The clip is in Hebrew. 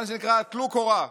מה שנקרא, טלו קורה.